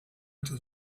into